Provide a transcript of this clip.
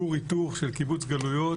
כור היתוך של קיבוץ גלויות,